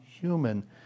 human